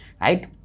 right